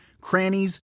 crannies